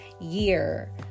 year